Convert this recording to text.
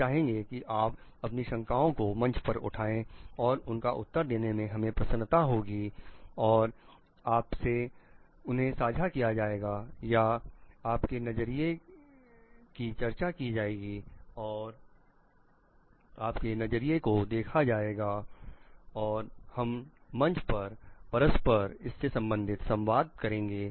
हम चाहेंगे कि आप अपनी शंकाओं को मंच पर उठाएं और उनका उत्तर देने में हमें प्रसन्नता होगी और आपसे उन्हें साझा किया जाएगा या आपके नजरिए की चर्चा की जाएगी और आपके नजरिए को देखा जाएगा और हम मंच पर परस्पर संवाद होगा